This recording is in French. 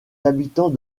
habitants